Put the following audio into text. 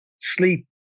sleep